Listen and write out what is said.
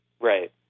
Right